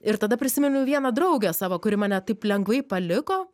ir tada prisiminiau vieną draugę savo kuri mane taip lengvai paliko